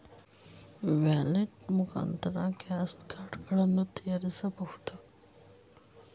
Wallet ಮುಖಾಂತರ gift card ಗಳನ್ನು ಖರೀದಿಸಬಹುದೇ?